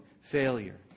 failure